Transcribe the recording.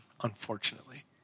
unfortunately